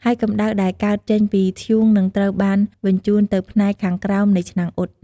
ហើយកម្ដៅដែលកើតចេញពីធ្យូងនឹងត្រូវបានបញ្ជូនទៅផ្នែកខាងក្រោមនៃឆ្នាំងអ៊ុត។